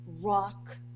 rock